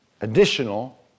additional